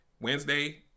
Wednesday